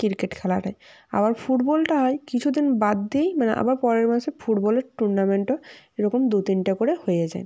cricket খেলা আবার ফুটবলটা হয় কিছু দিন বাদ দিয়েই মানে আবার পরের মাসে ফুটবলের টুর্নামেন্টও এরকম দু তিনটে করে হয়ে যায়